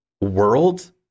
world